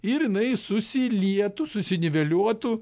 ir jinai susilietų susiniveliuotų